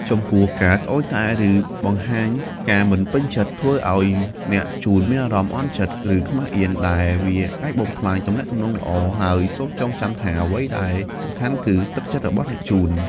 ចំពោះការត្អូញត្អែរ ឬបង្ហាញការមិនពេញចិត្ត អាចធ្វើឲ្យអ្នកជូនមានអារម្មណ៍អន់ចិត្ត ឬខ្មាសអៀន ដែលវាអាចបំផ្លាញទំនាក់ទំនងល្អ ហើយសូមចងចាំថា អ្វីដែលសំខាន់គឺទឹកចិត្តរបស់អ្នកជូន។